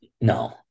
No